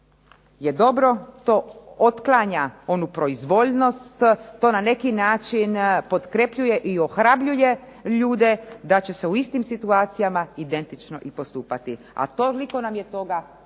je dobro, to otklanja onu proizvoljnost, to na neki način potkrepljuje i ohrabruje ljude da će se u istim situacijama identično i postupati, a toliko nam je toga